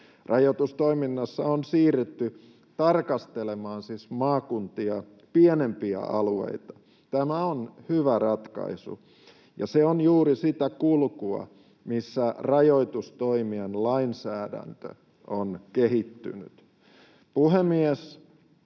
Rajoitustoiminnassa on siis siirrytty tarkastelemaan maakuntia pienempiä alueita. Tämä on hyvä ratkaisu, ja se on juuri sitä kulkua, missä rajoitustoimien lainsäädäntö on kehittynyt.